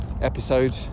episode